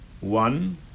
One